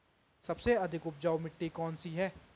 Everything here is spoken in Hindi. सबसे अधिक उपजाऊ मिट्टी कौन सी है?